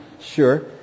Sure